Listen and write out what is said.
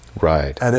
Right